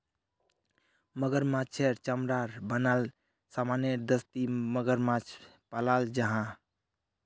मगरमाछेर चमरार बनाल सामानेर दस्ती मगरमाछ पालाल जाहा